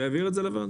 שיביאו את זה לוועדה.